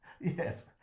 Yes